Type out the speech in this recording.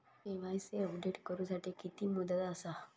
KYC update करू साठी किती मुदत आसा?